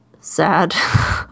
sad